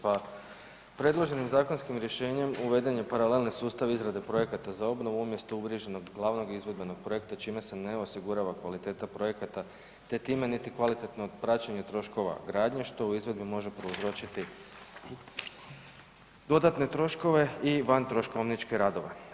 Pa predloženim zakonskim rješenjem uveden je paralelni sustav izrade projekata za obnovu umjesto uvriježenog glavnog izvedbenog projekta čime se ne osigurava kvaliteta projekata, te time niti kvalitetno praćenje troškova gradnje, što u izvedbi može prouzročiti dodatne troškove i vantroškovničke radove.